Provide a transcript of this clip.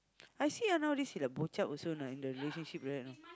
I see ah nowadays he like bochup also know in the relationship like that you know